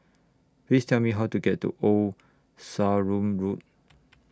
Please Tell Me How to get to Old Sarum Road